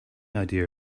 idea